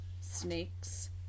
snakes